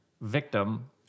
victim